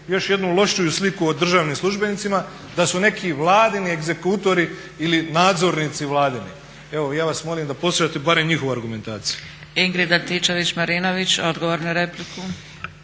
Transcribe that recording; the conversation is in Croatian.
još jednu lošiju sliku o državnim službenicima, da su neki vladini egzekutori ili nadzornici vladini. Evo ja vas molim da poslušate barem njihovu argumentaciju. **Zgrebec, Dragica (SDP)** Ingrid Antičević-Marinović, odgovor na repliku.